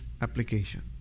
application